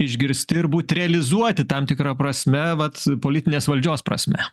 išgirsti ir būt realizuoti tam tikra prasme vat politinės valdžios prasme